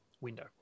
window